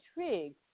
intrigued